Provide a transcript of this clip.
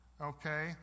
okay